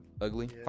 ugly